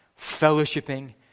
fellowshipping